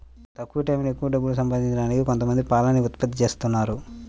తక్కువ టైయ్యంలో ఎక్కవ డబ్బులు సంపాదించడానికి కొంతమంది పాలని ఉత్పత్తి జేత్తన్నారు